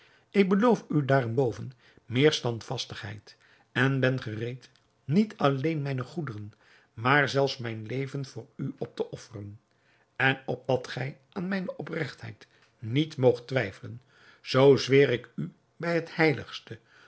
ik beloof u daarenboven meer standvastigheid en ben gereed niet alleen mijne goederen maar zelfs mijn leven voor u op te offeren en opdat gij aan mijne opregtheid niet moogt twijfelen zoo zweer ik u bij het heiligste